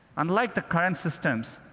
unlike the current systems,